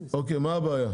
מה הבעיה?